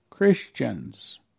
Christians